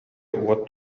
уот